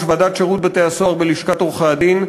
ועדת שירות בתי-הסוהר בלשכת עורכי-הדין,